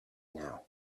now